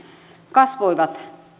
kasvoivat